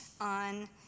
on